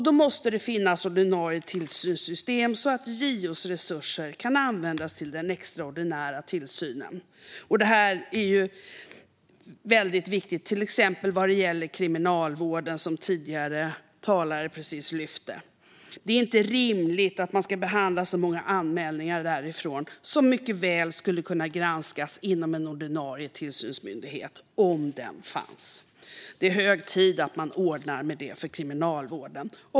Då måste det finnas ordinarie tillsynssystem, så att JO:s resurser kan användas till den extraordinära tillsynen. Detta är väldigt viktigt till exempel vad gäller kriminalvården, som tidigare talare precis lyft fram. Det är inte rimligt att JO ska behandla så många anmälningar därifrån. De skulle mycket väl kunna granskas inom en ordinarie tillsynsmyndighet om en sådan fanns. Det är hög tid att man ordnar med det för kriminalvården.